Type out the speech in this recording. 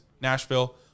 Nashville